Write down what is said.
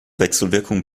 wechselwirkung